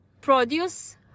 produce